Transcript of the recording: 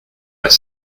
pas